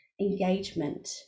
Engagement